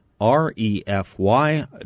R-E-F-Y